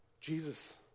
Jesus